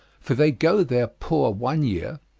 for they go there poor one year,